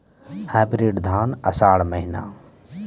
Hybrid धान आषाढ़ महीना?